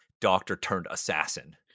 doctor-turned-assassin